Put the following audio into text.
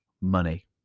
money